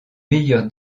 meilleur